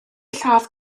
lladd